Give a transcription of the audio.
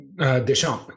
Deschamps